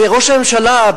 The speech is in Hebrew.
וראש הממשלה,